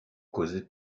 causait